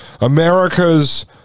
america's